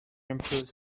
improves